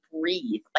breathe